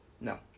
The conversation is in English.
No